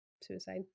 Suicide